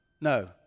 No